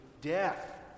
death